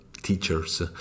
teachers